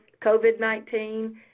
COVID-19